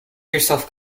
yourself